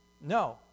No